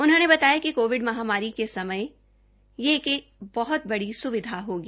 उन्होंने बताया कि कोविड महामारी के समय यह एक बहुत बड़ी सुविधा होगी